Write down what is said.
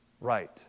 right